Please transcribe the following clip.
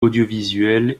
audiovisuelle